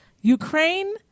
Ukraine